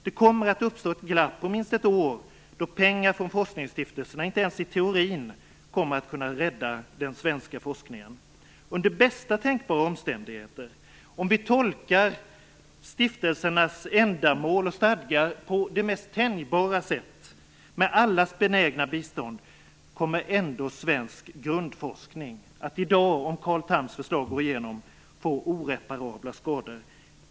Det kommer att uppstå ett glapp på minst ett år då pengar från forskningsstiftelserna inte ens i teorin kommer att kunna rädda den svenska forskningen. Under bästa tänkbara omständigheter, om vi tolkar stiftelsernas ändamål och stadgar på de mest tänjbara sätt med allas benägna bistånd, kommer svensk grundforskning om Carl Tahms förslag går igenom ändå att få oreparabla skador.